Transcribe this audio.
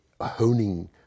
honing